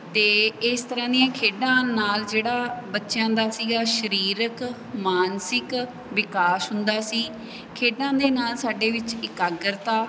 ਅਤੇ ਇਸ ਤਰ੍ਹਾਂ ਦੀਆਂ ਖੇਡਾਂ ਨਾਲ ਜਿਹੜਾ ਬੱਚਿਆਂ ਦਾ ਸੀਗਾ ਸਰੀਰਕ ਮਾਨਸਿਕ ਵਿਕਾਸ ਹੁੰਦਾ ਸੀ ਖੇਡਾਂ ਦੇ ਨਾਲ ਸਾਡੇ ਵਿੱਚ ਇਕਾਗਰਤਾ